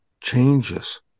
changes